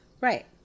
right